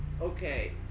Okay